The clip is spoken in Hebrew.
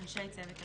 אנשי צוות אוויר.